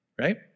Right